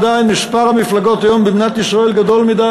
ועדיין מספר המפלגות היום במדינת ישראל גדול מדי,